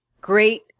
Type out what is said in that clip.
great